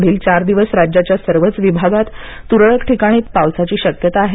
पुढील चार दिवस राज्याच्या सर्वच विभागांत तुरळक ठिकाणी प्रमाणात पावसाची शक्यता आहे